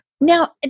Now